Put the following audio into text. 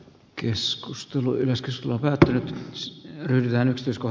keskustelu ylistys locator s hylännyt uskoo